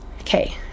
Okay